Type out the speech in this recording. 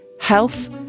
health